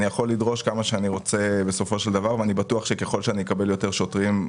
אני יכול לדרוש כמה שאני רוצה ואני בטוח שככל שאני אקבל יותר שוטרים,